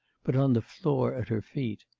but on the floor at her feet.